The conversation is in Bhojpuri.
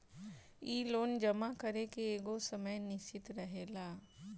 इ लोन जमा करे के एगो समय निश्चित रहेला